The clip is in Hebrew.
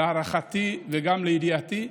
להערכתי וגם לידיעתי,